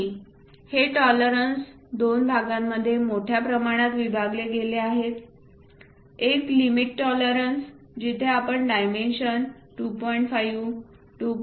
आणि हे टॉलरन्स दोन भागांमध्ये मोठ्या प्रमाणात विभागली गेले आहे एक लिमिट टॉलरन्स जिथे आपण डायमेन्शन 2